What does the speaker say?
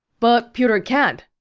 but pewter can't.